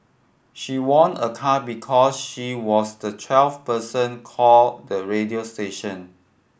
she won a car because she was the twelfth person call the radio station